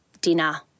dinner